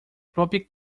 própria